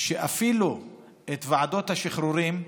שאפילו את ועדות השחרורים,